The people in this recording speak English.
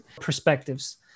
perspectives